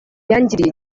yangiriye